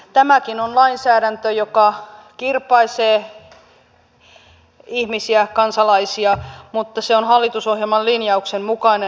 tämäkin on lainsäädäntö joka kirpaisee ihmisiä kansalaisia mutta se on hallitusohjelman linjauksen mukainen